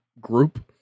group